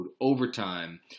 Overtime